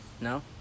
no